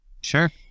Sure